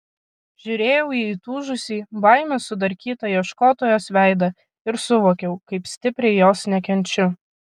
žiūrėjau į įtūžusį baimės sudarkytą ieškotojos veidą ir suvokiau kaip stipriai jos nekenčiu